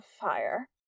fire